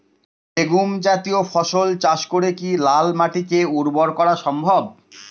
Legume জাতীয় ফসল চাষ করে কি লাল মাটিকে উর্বর করা সম্ভব?